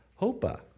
hopa